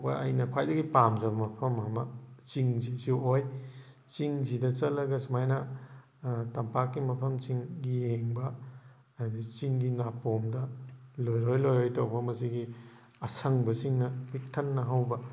ꯄꯣꯛꯄ ꯑꯩꯅ ꯈ꯭ꯋꯥꯏꯗꯒꯤ ꯄꯥꯝꯖꯕ ꯃꯐꯝ ꯑꯃ ꯆꯤꯡꯁꯤꯁꯨ ꯑꯣꯏ ꯆꯤꯡꯁꯤꯗ ꯆꯠꯂꯒ ꯁꯨꯃꯥꯏꯅ ꯇꯝꯄꯥꯛꯀꯤ ꯃꯐꯝꯁꯤꯡ ꯌꯦꯡꯕ ꯑꯗꯩ ꯆꯤꯡꯒꯤ ꯅꯥꯄꯣꯝꯗ ꯂꯣꯏꯔꯣꯏ ꯂꯣꯏꯔꯣꯏ ꯇꯧꯕ ꯃꯁꯤꯒꯤ ꯑꯁꯪꯕꯁꯤꯡꯅ ꯄꯤꯛ ꯊꯟꯅ ꯍꯧꯕ